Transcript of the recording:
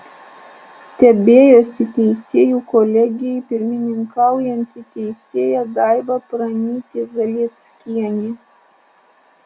stebėjosi teisėjų kolegijai pirmininkaujanti teisėja daiva pranytė zalieckienė